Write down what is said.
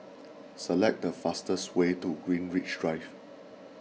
select the fastest way to Greenwich Drive